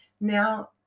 now